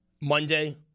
Monday